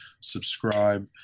subscribe